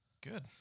Good